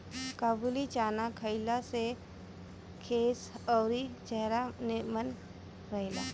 काबुली चाना खइला से केस अउरी चेहरा निमन रहेला